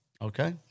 Okay